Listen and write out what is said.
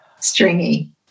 stringy